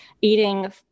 eating